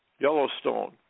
Yellowstone